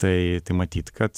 tai tai matyt kad